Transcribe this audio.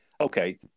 Okay